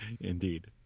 indeed